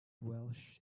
welsh